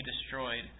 destroyed